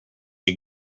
you